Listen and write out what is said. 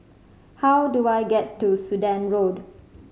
how do I get to Sudan Road